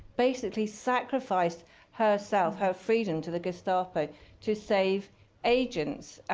basically sacrificed herself, her freedom to the gestapo to save agents.